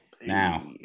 Now